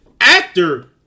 actor